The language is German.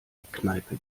eckkneipe